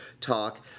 talk